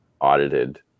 audited